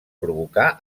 provocar